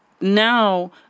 now